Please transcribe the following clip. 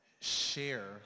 share